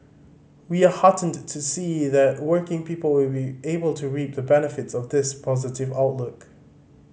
we are heartened to see that working people will be able to reap the benefits of this positive outlook